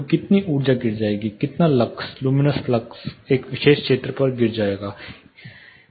तो कितनी ऊर्जा गिर जाएगी कितना लक्स लुमिनस फ्लक्स एक विशेष क्षेत्र पर गिर जाएगा